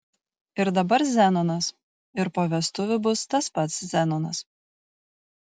ir dabar zenonas ir po vestuvių bus tas pats zenonas